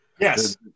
Yes